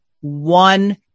one